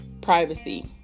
privacy